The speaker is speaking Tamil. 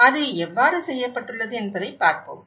எனவே அது எவ்வாறு செய்யப்பட்டுள்ளது என்பதைப் பார்ப்போம்